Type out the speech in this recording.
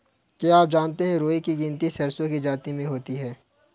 क्या आप जानते है राई की गिनती सरसों की जाति में होती है?